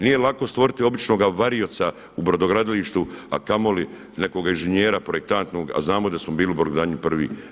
Nije lako stvoriti običnoga varioca u brodogradilištu a kamoli nekog inženjera, projektanta a znamo da smo bili u brodogradnji prvi.